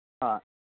ꯑꯥ